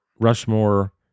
Rushmore